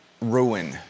ruin